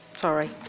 Sorry